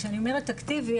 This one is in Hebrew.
כשאני אומרת אקטיבי,